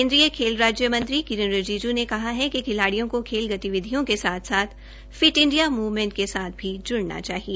केन्द्रीय खेल राज्य मंत्री किरण रिजिज् ने कहा है कि खिलाडियों को खेल गतिविधियों के साथ फिट इंडिया मुवमेंट के साथ भी जुड़ना चाहिए